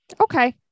Okay